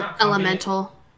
Elemental